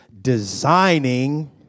Designing